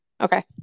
Okay